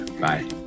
Bye